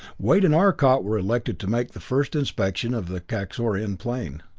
wade and arcot were elected to make the first inspection of the kaxorian plane,